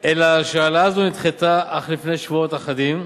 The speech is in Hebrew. אלא שהעלאה זו נדחתה אך לפני שבועות אחדים,